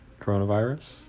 coronavirus